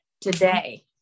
today